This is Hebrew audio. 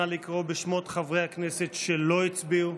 נא לקרוא בשמות חברי הכנסת שלא הצביעו.